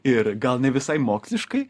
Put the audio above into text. ir gal ne visai moksliškai